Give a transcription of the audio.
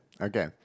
okay